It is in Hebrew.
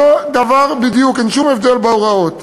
אותו דבר בדיוק, אין שום הבדל בהוראות.